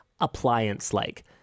appliance-like